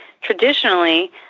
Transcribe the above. Traditionally